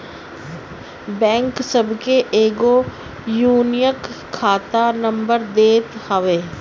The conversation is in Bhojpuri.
बैंक सबके एगो यूनिक खाता नंबर देत हवे